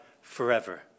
forever